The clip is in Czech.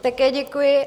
Také děkuji.